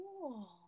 Cool